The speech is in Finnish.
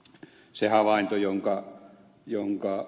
se havainto jonka ed